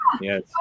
Yes